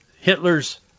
Hitler's